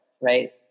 right